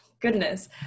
Goodness